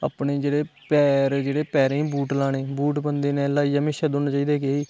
अपने जेह्ड़े पैर जेह्ड़े पैरें गी बूट लाने बूट बंदे ने लाइयै म्हेशा दौड़ना चाहिदा